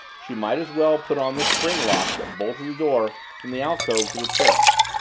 she might as well put on the spring lock that bolted the door from the alcove to the terrace.